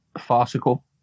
farcical